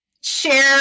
share